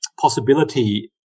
possibility